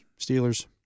Steelers